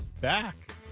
back